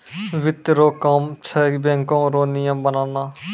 वित्त रो काम छै बैको रो नियम बनाना